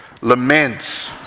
laments